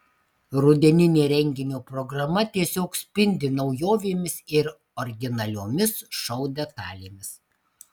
rudeninė renginio programa tiesiog spindi naujovėmis ir originaliomis šou detalėmis